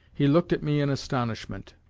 he looked at me in astonishment.